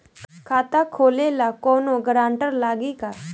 खाता खोले ला कौनो ग्रांटर लागी का?